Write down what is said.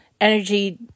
Energy